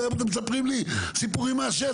כל היום אתם מספרים לי סיפורים מהשטח.